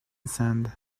sand